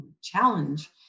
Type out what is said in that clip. challenge